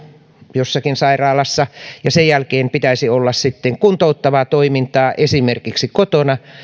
jossakin sairaalassa ja sen jälkeen pitäisi olla sitten kuntouttavaa toimintaa esimerkiksi kotona